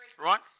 Right